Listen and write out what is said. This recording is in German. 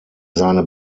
seine